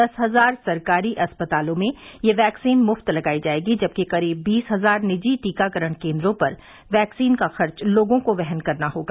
दस हजार सरकारी अस्पतालों में यह वैक्सीन मुफ्त लगायी जाएगी जबकि करीब बीस हजार निजी टीकाकरण केन्द्रों पर वैक्सीन का खर्च लोगों को वहन करना होगा